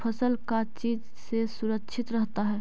फसल का चीज से सुरक्षित रहता है?